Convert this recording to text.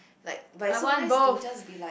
like but it's so nice to just be like